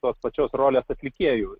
tos pačios rolės atlikėju